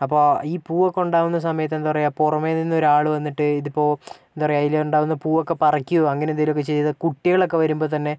അപ്പോൾ ആ ഈ പൂവൊക്കെ ഉണ്ടാവുന്ന സമയത്ത് എന്താ പറയുക പുറമെ നിന്നൊരു ആള് വന്നിട്ട് ഇതിപ്പോൾ എന്താ പറയുക ഇതിലുണ്ടാവുന്ന പൂവൊക്കെ പറിക്കുവോ അങ്ങനൊക്കെ ചെയ്താൽ കുട്ടികളൊക്കെ വരുമ്പോൾ തന്നെ